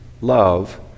love